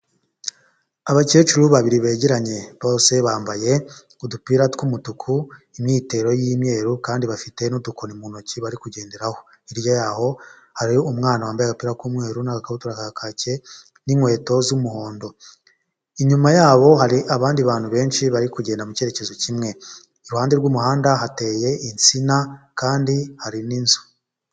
Abakecuru babiri begeranye, bose bambaye udupira tw'umutuku, imyitero y'imyeru kandi bafite n'udukoni mu ntoki bari kugenderaho, hirya yaho hari umwana wambaye agapira k'umweru, n'akabutura ka kaki, n'inkweto z'umuhondo, inyuma yabo hari abandi bantu benshi, bari kugenda mu cyerekezo kimwe, iruhande rw'umuhanda hateye insina, kandi hari n'inzu.